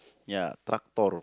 ya tractor